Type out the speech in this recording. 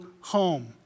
home